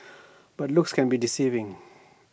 but looks can be deceiving